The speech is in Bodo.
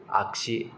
आगसि